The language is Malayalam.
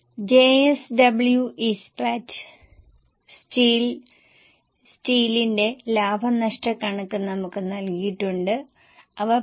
അതിനാൽ ചൈന കഴിഞ്ഞാൽ ലോകത്തിലെ ഏറ്റവും വലിയ രണ്ടാമത്തെ സിമന്റ് ഉൽപ്പാദക രാജ്യമാണ് ഇന്ത്യ